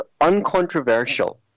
uncontroversial